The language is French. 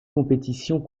compétitions